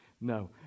No